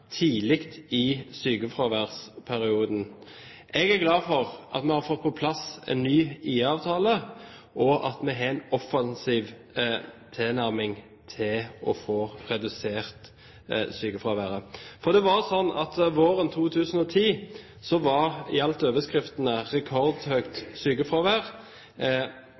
tidlig i sykefraværsperioden. Jeg er glad for at vi har fått på plass en ny IA-avtale, og for at vi har en offensiv tilnærming til å få redusert sykefraværet. Det var våren 2010 mange overskrifter om rekordhøyt sykefravær,